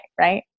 right